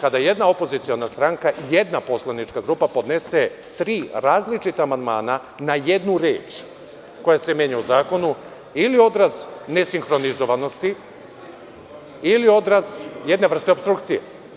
kada jedna opoziciona stranka, jedna poslanička grupa podnese tri različita amandmana na jednu reč koja se menja u zakonu ili odraz nesinhronizovanosti ili odraz jedne vrste opstrukcije.